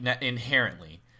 inherently